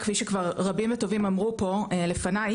כפי שכבר רבים וטובים אמרו פה לפני,